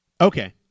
Okay